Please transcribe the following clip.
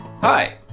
Hi